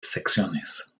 secciones